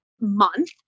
month